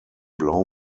blow